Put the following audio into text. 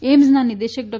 એઇમ્સના નિદેશક ડો